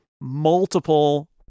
multiple